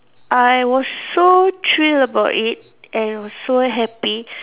I was so thrilled about it and was so happy